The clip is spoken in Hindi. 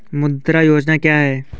मुद्रा योजना क्या है?